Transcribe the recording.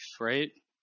right